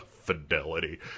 fidelity